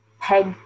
peg